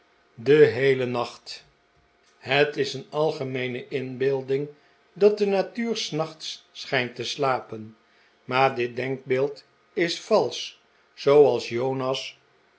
den heelen nacht het is een algemeene inbeelding dat de natuur s naehts schijnt te slapen maar dit denkbeeld is valsch zooals